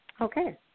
Okay